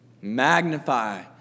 Magnify